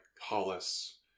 Hollis